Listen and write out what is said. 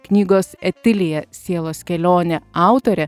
knygos etilija sielos kelionė autorė